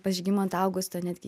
pas žygimantą augustą netgi